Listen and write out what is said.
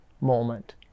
moment